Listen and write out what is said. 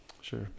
sure